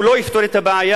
הוא לא יפתור את הבעיה,